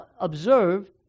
observe